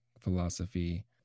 philosophy